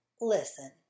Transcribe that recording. Listen